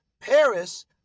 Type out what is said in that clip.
Paris